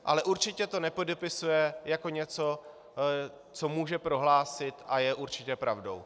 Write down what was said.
Ale určitě to nepodepisuje jako něco, co může prohlásit a je určitě pravdou.